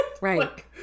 right